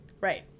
Right